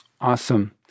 Awesome